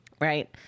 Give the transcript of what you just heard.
right